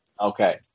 Okay